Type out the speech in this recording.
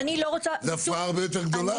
זו הפרעה הרבה יותר גדולה.